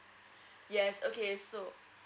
yes okay so